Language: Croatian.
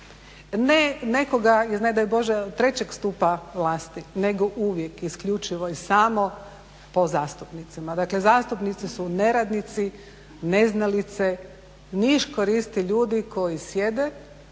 ne nekoga iz ne daj Bože trećeg stupa vlasti nego uvijek isključivo i samo po zastupnicima. Dakle, zastupnici su neradnici, neznalice, niškoristi ljudi koji sjede